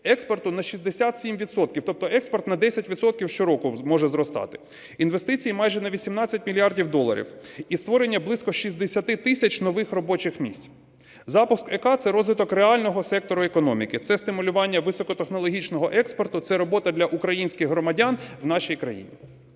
експорту на 67 відсотків, тобто експорт на 10 відсотків щороку зможе зростати, інвестиції майже на 18 мільярдів доларів, і створення близько 60 тисяч нових робочих місць. Запуск ЕКА - це розвиток реального сектору економіки, це стимулювання високотехнологічного експорту, це робота для українських громадян в нашій країні.